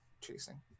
chasing